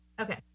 Okay